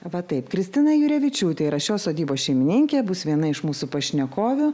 va taip kristina jurevičiūtė yra šios sodybos šeimininke bus viena iš mūsų pašnekovių